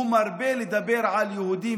הוא מרבה לדבר על יהודים